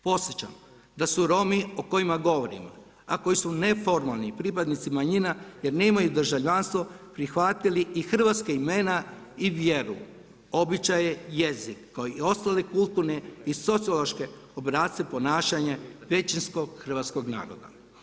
Podsjećam da su Romi o kojima govorimo, a koji su neformalni pripadnici manjina jer nemaju državljanstvo prihvatili i hrvatska imena i vjeru, običaje, jezik, kao i ostale kulturne i sociološke obrasce ponašanja većinskog hrvatskog naroda.